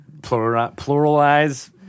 pluralize